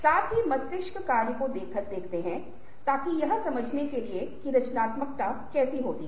साथ ही मस्तिष्क कार्य को देखत है ताकि यह समझने के लिए कि रचनात्मकता कैसे होती है